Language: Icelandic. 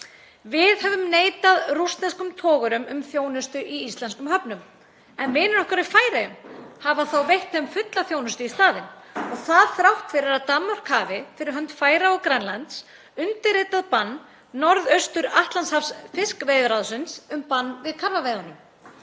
Við höfum neitað rússneskum togurum um þjónustu í íslenskum höfnum en vinir okkar í Færeyjum hafa veitt þeim fulla þjónustu í staðinn og það þrátt fyrir að Danmörk hafi fyrir hönd Færeyja og Grænlands undirritað bann Norðaustur- Atlantshafsfiskveiðiráðsins um bann við karfaveiðunum.